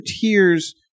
tears